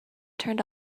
turned